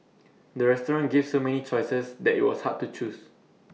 the restaurant gave so many choices that IT was hard to choose